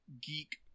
geek